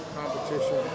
competition